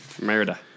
Merida